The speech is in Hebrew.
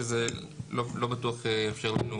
שזה לא בטוח יאפשר לנו